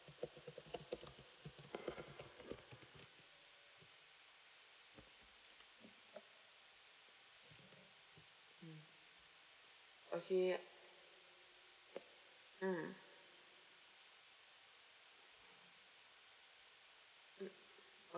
mm okay mm mm